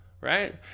Right